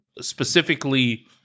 specifically